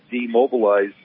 demobilize